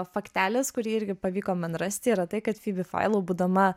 faktelis kurį irgi pavyko man rasti yra tai kad fibi failau būdama